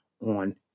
on